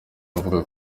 avuga